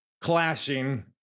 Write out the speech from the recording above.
clashing